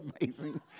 amazing